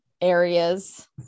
areas